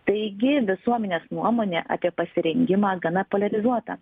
taigi visuomenės nuomonė apie pasirengimą gana poliarizuota